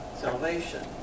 salvation